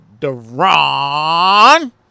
Deron